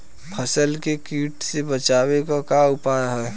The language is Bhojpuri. फसलन के कीट से बचावे क का उपाय है?